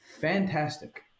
Fantastic